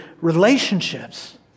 relationships